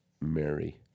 Mary